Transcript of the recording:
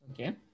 Okay